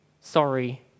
Sorry